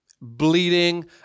bleeding